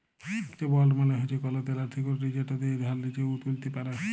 ইকট বল্ড মালে হছে কল দেলার সিক্যুরিটি যেট যে ধার লিছে উ তুলতে পারে